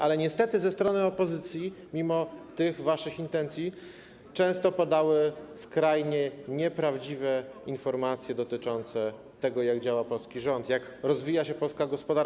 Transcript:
Ale niestety ze strony opozycji, mimo tych waszych intencji, często padały skrajnie nieprawdziwe informacje dotyczące tego, jak działa polski rząd, jak rozwija się polska gospodarka.